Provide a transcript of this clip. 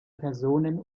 personen